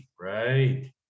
right